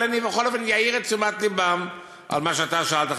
אבל בכל אופן אעיר את תשומת לבם על מה שאתה שאלת,